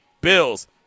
Bills